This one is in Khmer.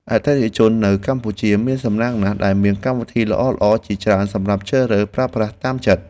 អតិថិជននៅកម្ពុជាមានសំណាងណាស់ដែលមានកម្មវិធីល្អៗជាច្រើនសម្រាប់ជ្រើសរើសប្រើប្រាស់តាមចិត្ត។